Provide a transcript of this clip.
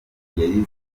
ngeri